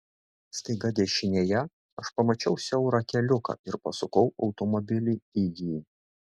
staiga dešinėje aš pamačiau siaurą keliuką ir pasukau automobilį į jį